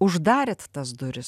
uždarėt tas duris